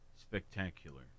Spectacular